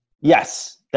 Yes